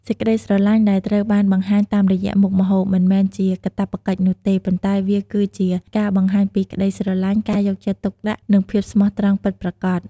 សេចក្ដីស្រឡាញ់ដែលត្រូវបានបង្ហាញតាមរយៈមុខម្ហូប មិនមែនជាកាតព្វកិច្ចនោះទេ ប៉ុន្តែវាគឺជាការបង្ហាញពីក្ដីស្រឡាញ់ ការយកចិត្តទុកដាក់ និងភាពស្មោះត្រង់ពិតប្រាកដ។